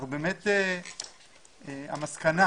המסקנה,